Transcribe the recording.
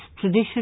tradition